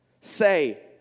Say